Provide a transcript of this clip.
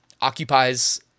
occupies